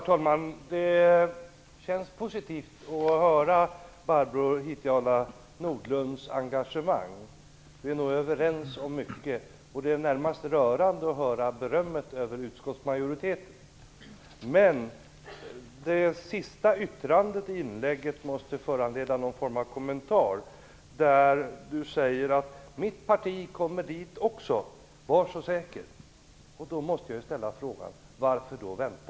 Herr talman! Barbro Hietala Nordlunds engagemang känns positivt. Vi är nog överens om mycket. Det är närmast rörande att höra henne berömma utskottsmajoriteten. Men det sista yttrandet i hennes inlägg måste föranleda en kommentar. Barbro Hietala Nordlund säger: Mitt parti kommer också dit. Var så säker! Därför måste jag fråga: Varför då vänta?